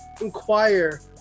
inquire